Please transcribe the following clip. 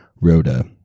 Rhoda